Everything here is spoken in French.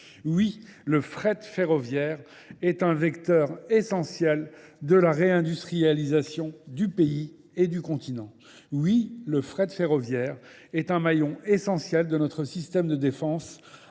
Oui, le fret ferroviaire est un vecteur essentiel de la réindustrialisation du pays et du continent. Oui, le fret ferroviaire est un maillon essentiel de notre système de défense